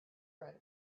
write